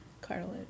Cartilage